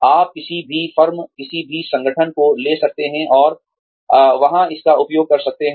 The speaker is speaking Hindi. आप किसी भी फर्म किसी भी संगठन को ले सकते हैं और वहां इसका उपयोग कर सकते हैं